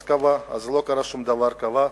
אז קבע, לא קרה דבר, קבע,